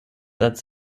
als